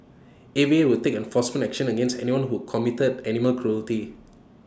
A V A will take enforcement action against anyone who committed animal cruelty